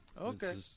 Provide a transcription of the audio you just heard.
okay